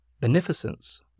Beneficence